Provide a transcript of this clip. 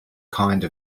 type